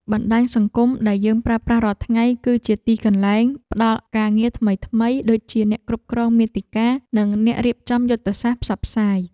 បណ្តាញសង្គមដែលយើងប្រើប្រាស់រាល់ថ្ងៃ គឺជាទីកន្លែងផ្តល់ការងារថ្មីៗដូចជាអ្នកគ្រប់គ្រងមាតិកានិងអ្នករៀបចំយុទ្ធសាស្ត្រផ្សព្វផ្សាយ។